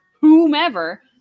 whomever